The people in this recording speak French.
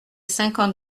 cinquante